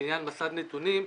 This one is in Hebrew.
לעניין מסד נתונים.